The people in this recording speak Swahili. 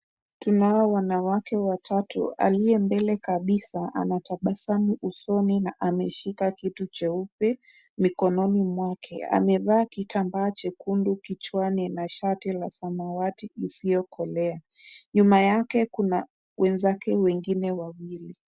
Tunao wanawake watatu, aliye mbele kabisa anatabasamu usoni na ameshika kitu cheupe mikononi mwake. Amevaa kitambaa chekundu kichwani na shati la samawati isiyokolea, nyuma yake kuna wenzake wengine wawili.